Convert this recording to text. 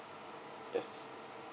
yes